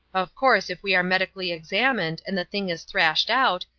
of course, if we are medically examined and the thing is thrashed out,